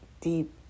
deep